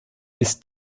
ist